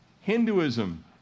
Hinduism